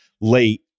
late